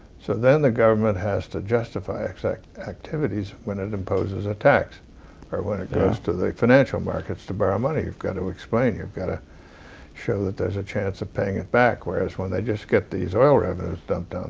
so then, the government has to justify its like activities when it imposes a tax or when it goes to the financial markets to borrow money. you've got to explain. you've got to show that there's a chance of paying it back. whereas when they just get these oil revenues dumped um